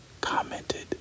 commented